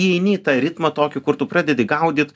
įeini į tą ritmą tokį kur tu pradedi gaudyt